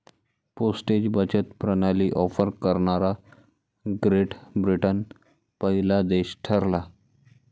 postage बचत प्रणाली offer करणारा ग्रेट ब्रिटन पहिला देश ठरला